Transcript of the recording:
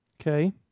Okay